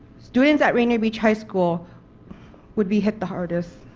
students at rainier beach high school would be hit the hardest.